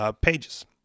pages